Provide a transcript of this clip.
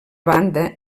banda